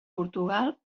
portugal